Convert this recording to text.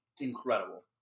Incredible